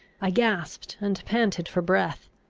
i gasped and panted for breath.